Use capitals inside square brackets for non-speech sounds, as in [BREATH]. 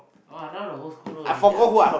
!wah! now the whole school know already sia [BREATH]